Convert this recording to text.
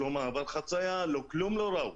לא היה מעבר חציה וכלום לא ראו.